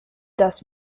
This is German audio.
das